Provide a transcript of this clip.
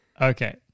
Okay